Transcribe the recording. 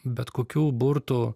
bet kokių burtų